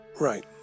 Right